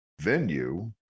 venue